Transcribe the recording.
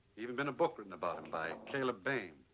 even been a book written about him by kalib bane.